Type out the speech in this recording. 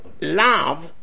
love